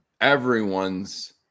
everyone's